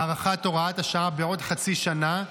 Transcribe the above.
הארכת הוראת השעה בעוד חצי שנה,